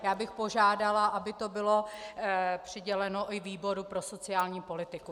Já bych požádala, aby to bylo přiděleno i výboru pro sociální politiku.